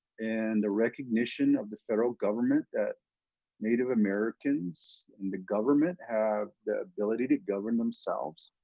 and the recognition, of the federal government, that native americans and the government have the ability to govern themselves,